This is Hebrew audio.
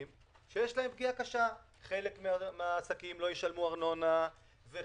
שיש להם פגיעה קשה: חלק מן העסקים לא ישלמו ארנונה ויש